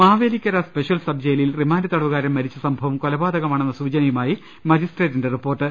Mavelikkara special sub ജയിലിൽ remand തടവുകാരൻ മരിച്ച സംഭവം കൊലപാതകമാണെന്ന സൂചനയുമായി മജിസ്ട്രേ റ്റിന്റെ റിപ്പോർട്ട്